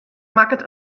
makket